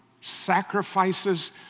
sacrifices